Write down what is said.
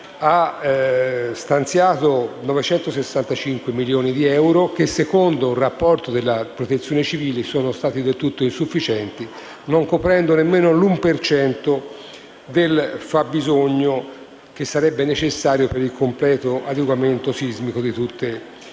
ha stanziato 965 milioni di euro, che secondo un rapporto della Protezione civile sono stati del tutto insufficienti, non coprendo nemmeno l'1 per cento del fabbisogno che sarebbe necessario per il completo adeguamento antisismico di tutte le costruzioni.